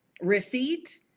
receipt